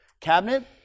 cabinet